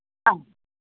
ആ